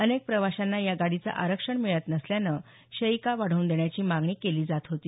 अनेक प्रवाशांना या गाडीचं आरक्षण मिळत नसल्यानं शयिका वाढवून देण्याची मागणी केली जात होती